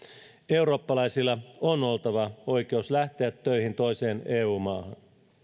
eurooppalaisilla on oltava oikeus lähteä töihin toiseen eu maahan